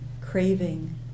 craving